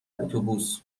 اتوبوس